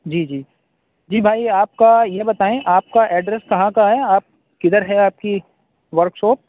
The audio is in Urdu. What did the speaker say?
جی جی جی بھائی آپ کا یہ بتائیں آپ کا ایڈرس کہاں کا ہے آپ کدھر ہے آپ کی ورک شاپ